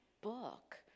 book